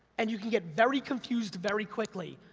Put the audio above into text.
and you can get very confused, very quickly,